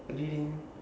really